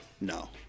No